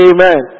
Amen